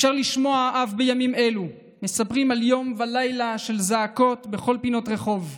אפשר לשמוע אף בימים אלו מספרים על יום ולילה של זעקות בכל פינת רחוב,